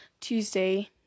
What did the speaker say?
Tuesday